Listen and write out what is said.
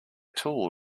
tool